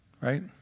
right